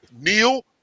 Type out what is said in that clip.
Neil